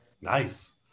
Nice